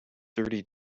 thirty